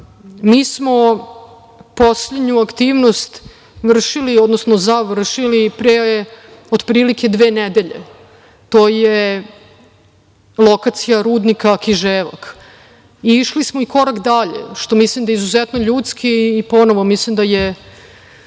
smo poslednju aktivnost vršili, odnosno završili pre otprilike dve nedelje. To je lokacija Rudnika Kiževak i išli smo i korak dalje, što mislim da je izuzetno ljudski i ponovo mislim da je